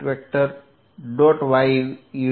y1 અને z